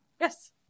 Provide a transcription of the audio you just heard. Yes